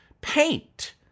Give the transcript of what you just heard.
paint